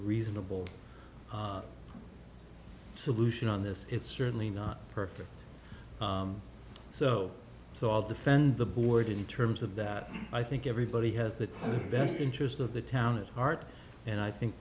reasonable solution on this it's certainly not perfect so so i'll defend the board in terms of that i think everybody has the best interest of the town at heart and i think